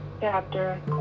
Chapter